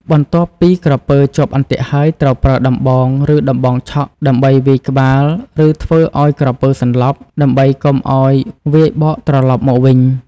បន្ទាប់ពីក្រពើជាប់អន្ទាក់ហើយ ត្រូវប្រើដំបង ឬដំបងឆក់ដើម្បីវាយក្បាល ឬធ្វើឲ្យក្រពើសន្លប់ ដើម្បីកុំឲ្យវាយបកត្រឡប់មកវិញ។